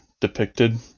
Depicted